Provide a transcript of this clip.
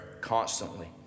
constantly